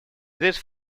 this